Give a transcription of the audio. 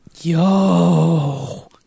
Yo